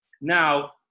Now